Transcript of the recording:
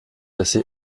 assez